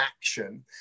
action